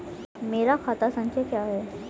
मेरा खाता संख्या क्या है?